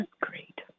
great